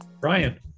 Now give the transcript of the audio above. Ryan